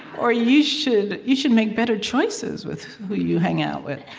or, you should you should make better choices with who you hang out with.